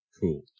cool